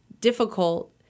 difficult